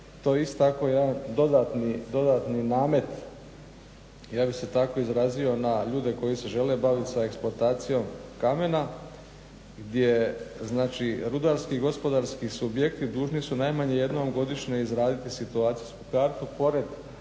to je isto tako jedan dodatni, dodatni namet, ja bih se tako izrazio, na ljude koji se žele baviti sa eksploatacijom kamena gdje, znači rudarski, gospodarski subjekti dužni su najmanje jednom godišnje izraditi situacijsku kartu